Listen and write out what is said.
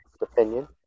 opinion